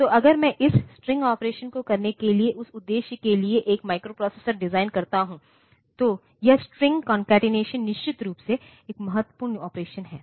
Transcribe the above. तो अगर मैं इस स्ट्रिंग ऑपरेशन को करने के लिए उस उद्देश्य के लिए एक माइक्रोप्रोसेसर डिजाइन करता हूं तो यह स्ट्रिंग कौनकतीनेशननिश्चित रूप से एक महत्वपूर्ण ऑपरेशन है